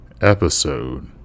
episode